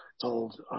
told